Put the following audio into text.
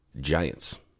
Giants